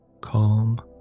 Calm